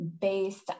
based